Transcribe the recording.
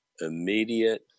immediate